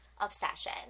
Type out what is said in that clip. obsession